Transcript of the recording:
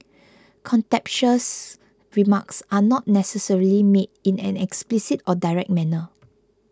contemptuous remarks are not necessarily made in an explicit or direct manner